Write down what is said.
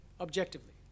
objectively